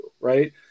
right